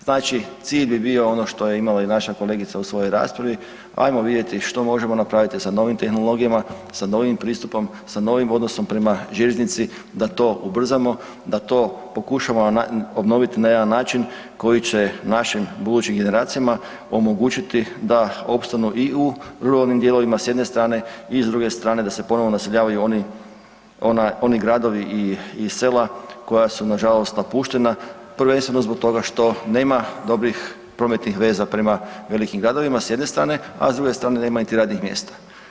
Znači cilj bi bio ono što je imala i naša kolegica u svojoj raspravi, ajmo vidjeti što možemo napraviti sa novim tehnologijama, sa novim pristupom, sa novim odnosom prema željeznici da to ubrzamo, da to pokušamo obnoviti na jedan način koji će našim budućim generacijama omogućiti da opstanu i u ruralnim dijelovima s jedne strane i s druge strane da se ponovo naseljavaju oni gradovi i sela koja su nažalost napuštena prvenstveno zbog toga što nema dobrih prometnih veza prema velikim gradovima s jedne strane, a s druge strane nema niti radnih mjesta.